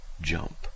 jump